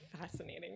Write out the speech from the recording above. Fascinating